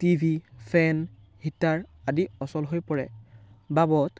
TV fan heater আদি অচল হৈ পৰে বাবদ